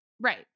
Right